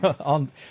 on